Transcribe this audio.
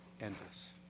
endless